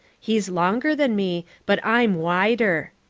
he's longer than me but i'm wider.